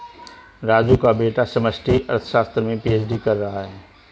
राजू का बेटा समष्टि अर्थशास्त्र में पी.एच.डी कर रहा है